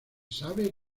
sabe